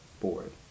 board